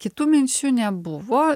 kitų minčių nebuvo